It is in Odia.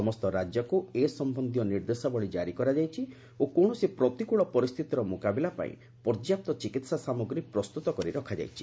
ସମସ୍ତ ରାଜ୍ୟକୁ ଏ ସମ୍ଭନ୍ଧୀୟ ନିର୍ଦ୍ଦେଶାବଳୀ ଜାରି କରାଯାଇଛି ଓ କୌଣସି ପ୍ରତିକୂଳ ପରିସ୍ଥିତିର ମୁକାବିଲା ପାଇଁ ପର୍ଯ୍ୟାପ୍ତ ଚିକିତ୍ସା ସାମଗ୍ରୀ ପ୍ରସ୍ତୁତ କରି ରଖାଯାଇଛି